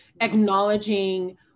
acknowledging